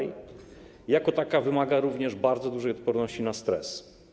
Jako taka wymaga również bardzo dużej odporności na stres.